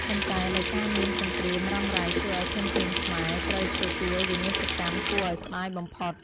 ប៉ុន្តែដោយសារមានសង្រ្គាមរ៉ាំរ៉ៃធ្វើឲ្យធនធានខ្មែរ ត្រូវទទួលវិនាសកម្មគួរឲ្យស្ដាយបំផុត។